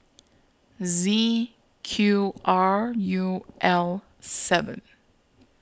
Z Q R U L seven